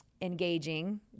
engaging